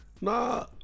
Nah